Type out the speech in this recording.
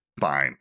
fine